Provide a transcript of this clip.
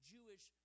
Jewish